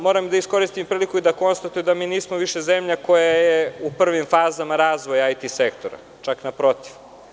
Moram da iskoristim priliku i da konstatujem da mi nismo više zemlja koja je u prvim fazama razvoja IT sektora, čak naprotiv.